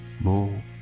more